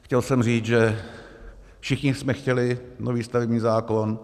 Chtěl jsem říct, že všichni jsme chtěli nový stavební zákon.